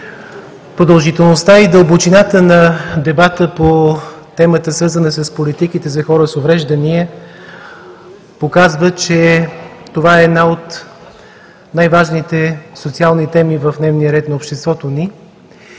Продължителността и дълбочината на дебата по темата, свързана с политиките за хора с увреждания, показва, че това е една от най-важните социални теми в дневния ред на обществото ни,